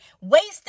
wasting